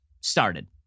started